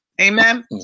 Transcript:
Amen